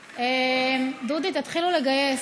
דודי, תתחילו לגייס,